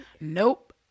Nope